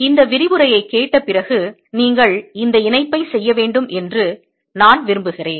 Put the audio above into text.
இந்த விரிவுரையை கேட்ட பிறகு நீங்கள் இந்த இணைப்பை செய்ய வேண்டும் என்று நான் விரும்புகிறேன்